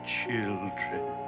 children